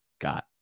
got